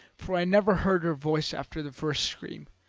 for i never heard her voice after the first scream.